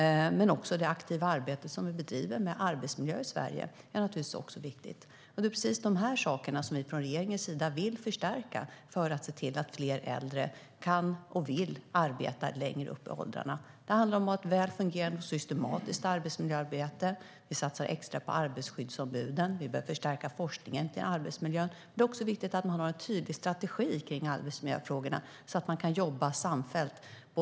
Men det aktiva arbetet vi bedriver i Sverige när det gäller arbetsmiljön är också viktigt. Det är precis de sakerna regeringen vill förstärka för att se till att fler äldre kan och vill arbeta längre upp i åldrarna. Det handlar om att ha ett väl fungerande och systematiskt arbetsmiljöarbete. Vi satsar extra på arbetsskyddsombuden. Vi börjar förstärka forskningen om arbetsmiljön. Det är också viktigt att man har en tydlig strategi för arbetsmiljöfrågorna så att man kan jobba samfällt.